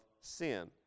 sin